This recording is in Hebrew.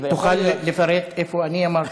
תוכל לפרט איפה אני אמרתי,